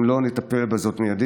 אם לא נטפל בזאת מיידית,